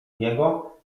niego